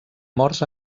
morts